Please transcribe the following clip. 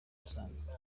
usanzwe